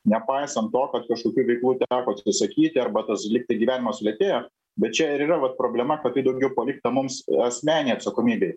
nepaisant to kad kažkokių veiklų teko atsisakyti arba tas lyg tai gyvenimas sulėtėjo bet čia ir yra vat problema kad tai daugiau palikta mums asmeninėj atsakomybėj